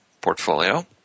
portfolio